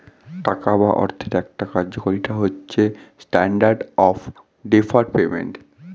টাকা বা অর্থের একটা কার্যকারিতা হচ্ছে স্ট্যান্ডার্ড অফ ডেফার্ড পেমেন্ট